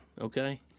okay